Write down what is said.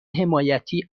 حمایتی